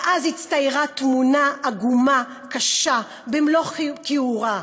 ואז הצטיירה תמונה עגומה, קשה, במלוא כיעורה: